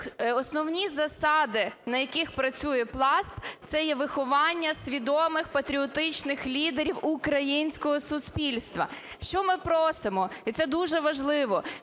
Основні засади, на яких працює Пласт – це є виховання свідомих патріотичних лідерів українського суспільства. Що ми просимо, і це дуже важливо